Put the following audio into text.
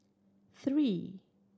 three